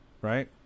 right